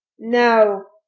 no,